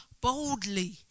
boldly